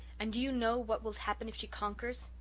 and do you know what will happen if she conquers?